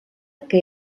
que